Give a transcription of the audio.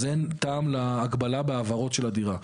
אז אין טעם להגבלה בהעברות של הדירה.